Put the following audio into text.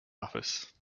office